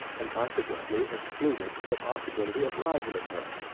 and consequently excluded from the possibility of rivalling her.